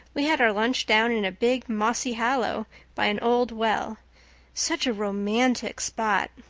we had our lunch down in a big mossy hollow by an old well such a romantic spot.